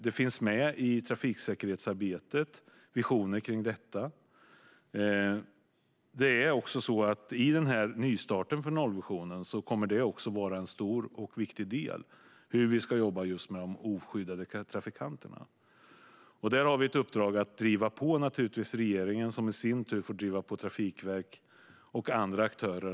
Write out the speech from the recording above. Det och visioner kring detta finns med i trafiksäkerhetsarbetet. I nystarten av nollvisionen kommer det också att utgöra en stor och viktig del av hur vi ska jobba just med de oskyddade trafikanterna. Där har vi i uppdrag att driva på regeringen som i sin tur får driva på Trafikverket och andra aktörer.